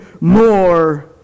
more